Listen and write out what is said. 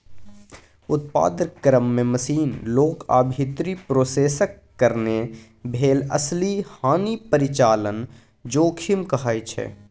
उत्पादन क्रम मे मशीन, लोक आ भीतरी प्रोसेसक कारणेँ भेल असली हानि परिचालन जोखिम कहाइ छै